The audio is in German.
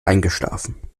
eingeschlafen